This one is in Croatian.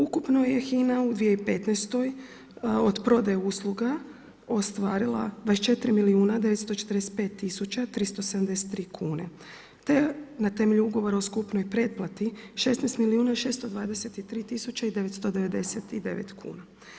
Ukupno je HINA u 2015. od prodaje usluga ostvarila 24 milijuna 945 tisuća 373 kuna te na temelju ugovora o skupnoj pretplati 16 milijuna 623 tisuće i 999 kuna.